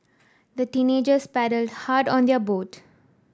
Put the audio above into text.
the teenagers paddled hard on their boat